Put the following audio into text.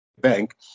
bank